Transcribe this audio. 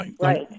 right